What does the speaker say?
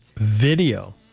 video